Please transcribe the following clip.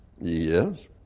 Yes